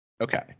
okay